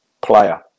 player